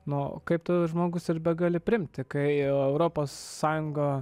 nu kaip tu žmogus ir begali priimti kai europos sąjunga